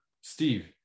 Steve